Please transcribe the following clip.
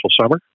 summer